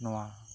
ᱱᱚᱣᱟ